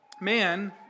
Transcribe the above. Man